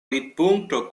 vidpunkto